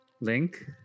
Link